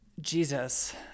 Jesus